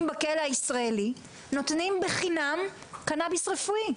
בכלא הישראלי נותנים קנאביס רפואי בחינם.